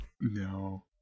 No